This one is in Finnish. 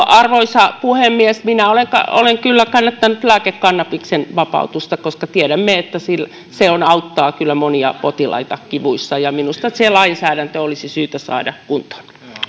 arvoisa puhemies minä olen kyllä kannattanut lääkekannabiksen vapautusta koska tiedämme että se auttaa kyllä monia potilaita kivuissaan ja minusta se lainsäädäntö olisi syytä saada kuntoon